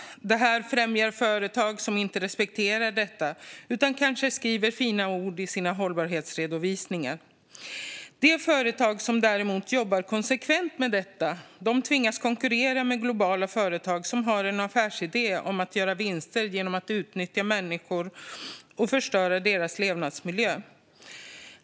Det här främjar företag som inte respekterar detta utan kanske bara skriver fina ord i sina hållbarhetsredovisningar. De företag som däremot jobbar konsekvent med detta tvingas konkurrera med globala företag som har som affärsidé att göra vinster genom att utnyttja människor och förstöra deras levnadsmiljö.